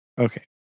Okay